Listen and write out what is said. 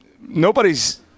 nobody's